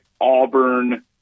Auburn